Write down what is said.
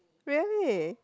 really